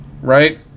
right